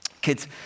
Kids